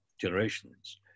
generations